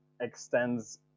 extends